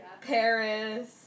Paris